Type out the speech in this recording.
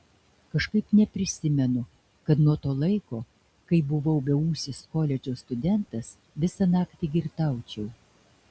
kažkaip neprisimenu kad nuo to laiko kai buvau beūsis koledžo studentas visą naktį girtaučiau